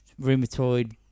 rheumatoid